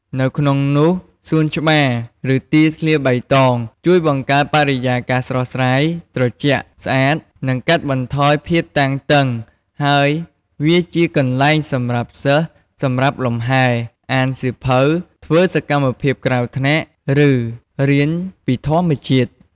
នៅក្នុងនោះសួនច្បារ ឬទីធ្លាបៃតង ជួយបង្កើតបរិយាកាសស្រស់ស្រាយ ត្រជាក់ ស្អាត និងកាត់បន្ថយភាពតានតឹង ហើយវាជាកន្លែងសម្រាប់សិស្សសម្រាកលំហែ អានសៀវភៅ ធ្វើសកម្មភាពក្រៅថ្នាក់ ឬរៀនពីធម្មជាតិ ។